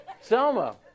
Selma